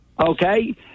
Okay